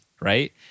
right